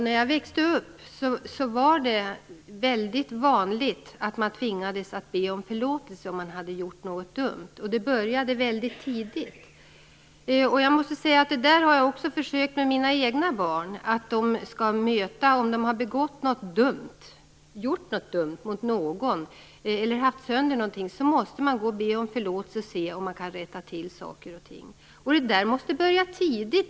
När jag växte upp var det väldigt vanligt att man tvingades att be om förlåtelse om man hade gjort något dumt. Det började väldigt tidigt. Jag har försökt detta även med mina egna barn. Om de har gjort något dumt mot någon eller haft sönder något måste de be om förlåtelse och se om saker och ting kan rättas till. Detta måste börja tidigt.